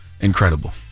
incredible